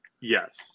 Yes